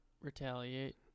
retaliate